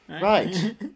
Right